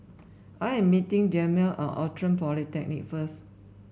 I am meeting Jameel at Outram Polyclinic first